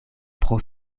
pro